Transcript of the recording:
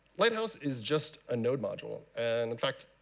lighthouse is just a node module and, in fact,